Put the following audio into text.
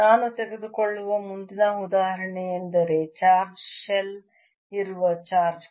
ನಾನು ತೆಗೆದುಕೊಳ್ಳುವ ಮುಂದಿನ ಉದಾಹರಣೆಯೆಂದರೆ ಚಾರ್ಜ್ ಶೆಲ್ ಇರುವ ಚಾರ್ಜ್ Q